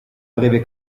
breve